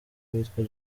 witwa